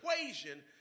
equation